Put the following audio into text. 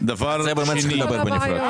על זה צריך לדבר בנפרד.